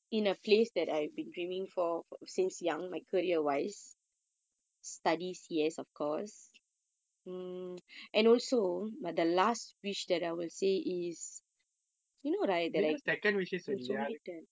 நீ தான்:ni thaan second wish eh சொல்லலே அதுக்கு:sollala athukku